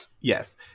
yes